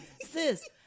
sis